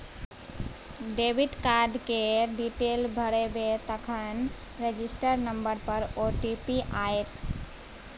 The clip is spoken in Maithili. डेबिट कार्ड केर डिटेल भरबै तखन रजिस्टर नंबर पर ओ.टी.पी आएत